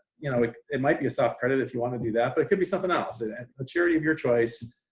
you know like it might be a soft credit if you want to do that, but it could be something else, the and maturity of your choice,